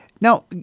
Now